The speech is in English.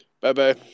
Bye-bye